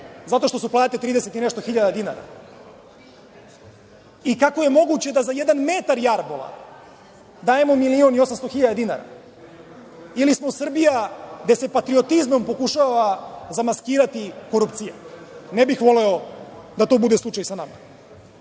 zato što su plate 30 i nešto hiljada dinara? Kako je moguće da za jedan metar jarbola dajemo 1.800.000 dinara? Ili smo Srbija gde se patriotizmom pokušava zamaskirati korupcija? Ne bih voleo da to bude slučaj sa